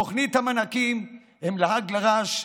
תוכנית המענקים היא לעג לרש.